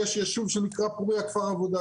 יש יישוב שנקרא פוריה כפר עבודה.